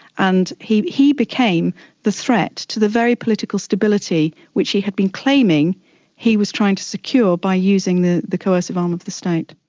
and he he became the threat to the very political stability which he had been claiming he was trying to secure by using the the coercive arm of the state.